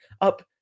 up